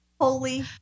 Holy